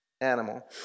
animal